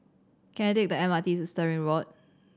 can I take the M R T to Stirling Road